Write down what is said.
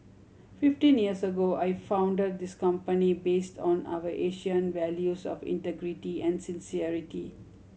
fifteen years ago I founded this company based on our Asian values of integrity and sincerity